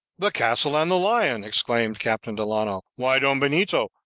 the castle and the lion, exclaimed captain delano why, don benito,